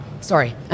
Sorry